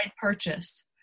purchase